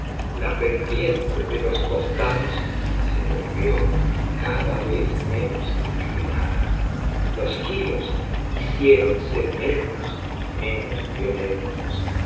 la pendiente de los costados se volvió cada vez menos inclinada los giros hiciéronse menos y menos violentos